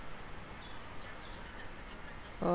oh